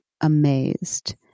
amazed